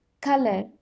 color